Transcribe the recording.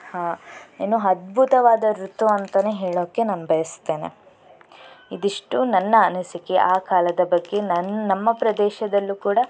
ಹಾಂ ಏನು ಅದ್ಭುತವಾದ ಋತು ಅಂತಲೇ ಹೇಳೋಕ್ಕೆ ನಾನು ಬಯಸ್ತೇನೆ ಇದಿಷ್ಟು ನನ್ನ ಅನಿಸಿಕೆ ಆ ಕಾಲದ ಬಗ್ಗೆ ನನ್ ನಮ್ಮ ಪ್ರದೇಶದಲ್ಲೂ ಕೂಡ